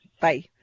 Bye